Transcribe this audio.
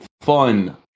fun